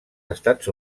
estats